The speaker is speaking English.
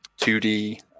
2D